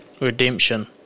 redemption